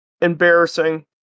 embarrassing